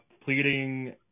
pleading